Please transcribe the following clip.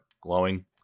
glowing